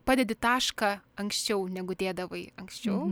padedi tašką anksčiau negu dėdavai anksčiau